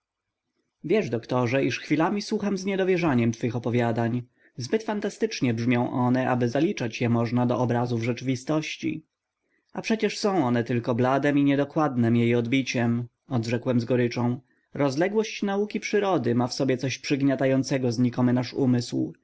wiesz doktorze iż chwilami słucham z niedowierzaniem twych opowiadań zbyt fantastycznie brzmią one aby zaliczać je można do obrazów rzeczywistości a przecież są tylko bladem i niedokładnem jej odbiciem odrzekłem z goryczą rozległość nauki przyrody ma w sobie coś przygniatającego znikomy nasz umysł